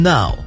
Now